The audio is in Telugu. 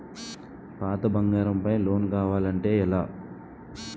పాత బంగారం పై లోన్ కావాలి అంటే ఎలా?